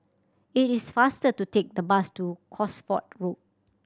it is faster to take the bus to Cosford Road